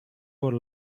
what